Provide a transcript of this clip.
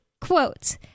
quote